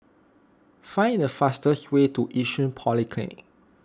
find the fastest way to Yishun Polyclinic